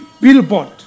billboard